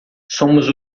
somos